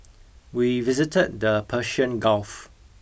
we visited the Persian Gulf